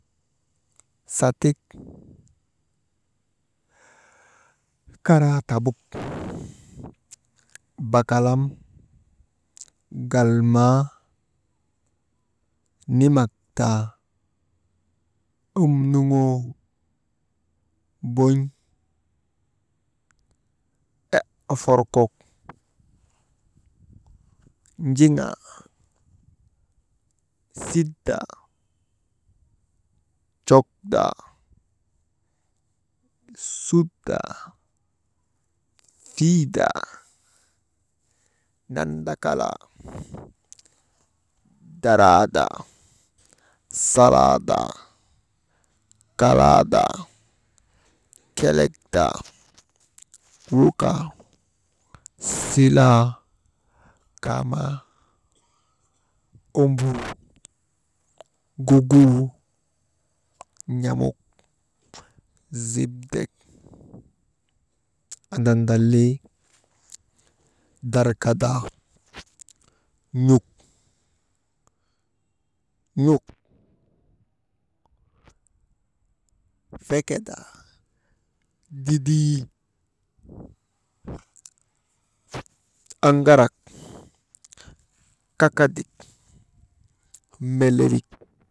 Satik, karaa tabuk, bakalam, galmaa nimakdaa, omnuŋoo, bon̰ oforkok, njiŋaa sitdaa, cokdaa, sudaa, fiidaa, nandakalaa, daraadaa, salaadaa, kalaadaa, kelekdaa, wukaa, silaa, kamaa, ombur gugur, n̰amuk zipdek, andandalii, darkadaa, n̰uk, «hesitation», fekedaa, didii, aŋarak kakadik melelik.